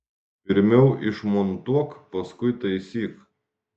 pirmiau išmontuok paskui taisyk